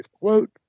Quote